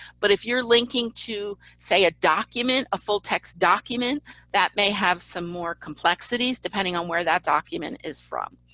but if you're linking to, say, a document, a full text document that may have some more complexities, depending on where that document document is from.